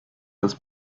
das